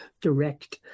direct